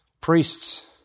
priests